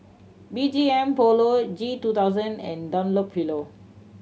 B G M Polo G two thousand and Dunlopillo